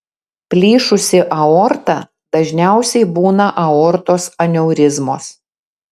plyšusi aorta dažniausiai būna aortos aneurizmos